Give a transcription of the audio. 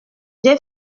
j’ai